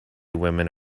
woman